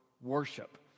worship